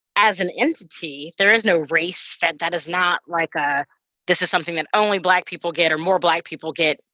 as an entity there is no race. that that is not, like, a this is something that only black people get or more black people get,